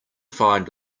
find